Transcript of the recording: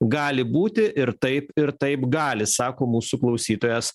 gali būti ir taip ir taip gali sako mūsų klausytojas